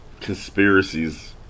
conspiracies